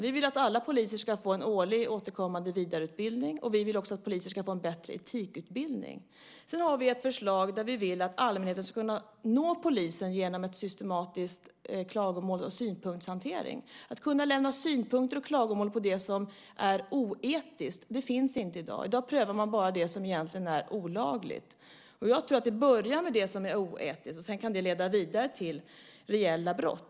Vi vill att alla poliser ska få en årlig återkommande vidareutbildning, och vi vill också att poliser ska få en bättre etikutbildning. Sedan har vi ett förslag där vi vill att allmänheten ska kunna nå polisen genom en systematisk klagomåls och synpunktshantering. Man ska kunna lämna klagomål och synpunkter på det som är oetiskt. Det finns inte i dag. I dag prövar man egentligen bara det som är olagligt. Jag tror att det börjar med det som är oetiskt, och sedan kan det leda vidare till reella brott.